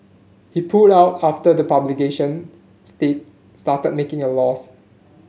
he pulled out after the publication stick started making a loss